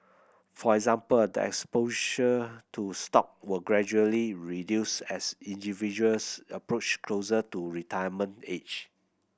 for example a exposure to stock will gradually reduce as individuals approach closer to retirement age